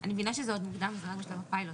אני מבינה שזה עוד מוקדם וזה רק בשלב הפיילוט.